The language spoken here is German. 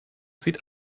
sieht